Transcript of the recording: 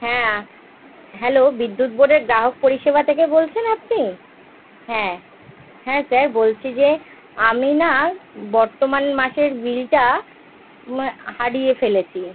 হ্যাঁ হ্যালো বিদ্যুৎ বোর্ডের গ্রাহক পরিষেবা থেকে বলছেন আপনি হ্যাঁ হ্যাঁ স্যার বলছি যে আমি না বর্তমান মাসের বিলটা হারিয়ে ফেলেছি